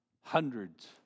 hundreds